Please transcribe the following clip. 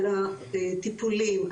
על הטיפולים,